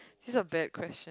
these are bad question